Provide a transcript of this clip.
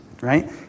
right